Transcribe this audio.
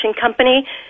Company